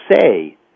say